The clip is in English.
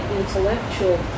intellectual